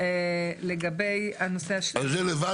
השאלה היא למה